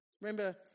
Remember